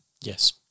yes